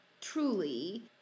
truly